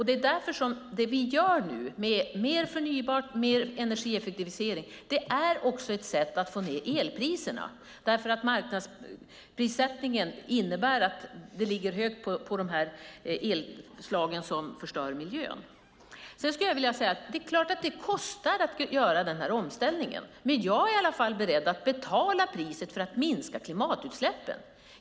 Det är därför det vi gör nu, med mer förnybart och mer energieffektivisering, också är ett sätt att få ned elpriserna. Marknadsprissättningen innebär nämligen att vi ligger högt på elslagen som förstör miljön. Sedan skulle jag vilja säga: Det är klart att det kostar att göra denna omställning, men jag är i alla fall beredd att betala priset för att minska klimatutsläppen.